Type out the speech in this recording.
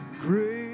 Great